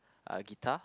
uh guitar